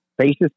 faces